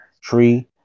tree